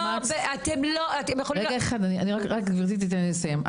רגע אחד, רק גבירתי תיתן לי לסיים.